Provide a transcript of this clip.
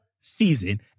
season